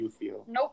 Nope